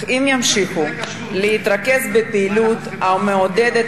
אך אם ימשיכו להתרכז בפעילות המעודדת